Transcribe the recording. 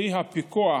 כלי הפיקוח